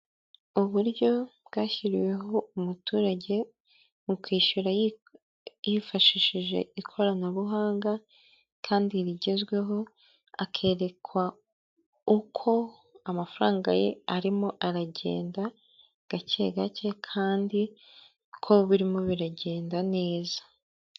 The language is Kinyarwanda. Uburyo bwashyiriweho umuturage, mu kwishyura yifashishije ikoranabuhanga, kandi rigezweho, akerekwa uko amafaranga ye arimo aragenda gake gake, kandi ko birimo biragenda neza.